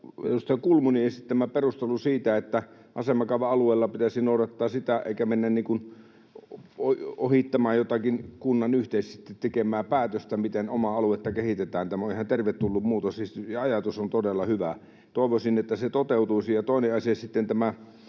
Kulmunin esittämä perustelu siitä, että asemakaava-alueella pitäisi noudattaa sitä eikä mennä ohittamaan jotakin kunnan yhteisesti tekemää päätöstä siitä, miten omaa aluetta kehitetään, on ihan tervetullut muutos, ja ajatus on todella hyvä. Toivoisin, että se toteutuisi. Toinen asia sitten on tämä